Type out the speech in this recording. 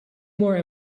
more